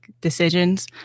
decisions